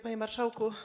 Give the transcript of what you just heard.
Panie Marszałku!